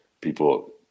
people